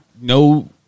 no